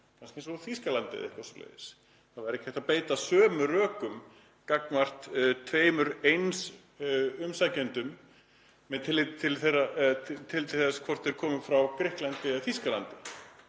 kannski eins og Þýskalandi eða eitthvað svoleiðis. Það væri ekki hægt að beita sömu rökum gagnvart tveimur eins umsækjendum með tilliti til þess hvort þeir komi frá Grikklandi eða Þýskalandi.